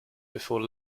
before